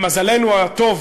למזלנו הטוב,